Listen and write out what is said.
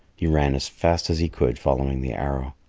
he ran as fast as he could, following the arrow.